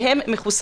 למרות שהם מחוסנים.